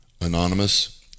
Anonymous